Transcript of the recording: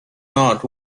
not